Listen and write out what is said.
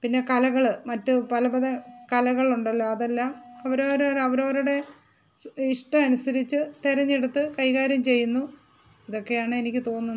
പിന്നെ കലകൾ മറ്റു പല പല കലകൾ ഉണ്ടല്ലോ അതെല്ലാം അവരവർ അവരവരുടെ ഇഷ്ടം അനുസരിച്ച് തെരഞ്ഞെടുത്ത് കൈകാര്യം ചെയ്യുന്നു ഇതൊക്കെയാണ് എനിക്ക് തോന്നുന്നത്